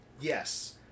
yes